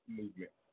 movement